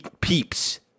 Peeps